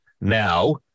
now